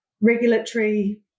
regulatory